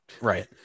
Right